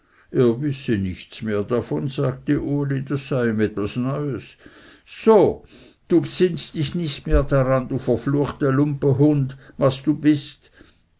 er wisse nichts mehr davon sagte uli das sei ihm etwas neues so du besinnst dich nicht mehr daran du verfluchte lumpenhung was du bist